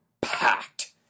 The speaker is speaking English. packed